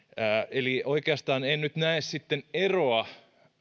eli oikeastaan en nyt näe eroa